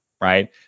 right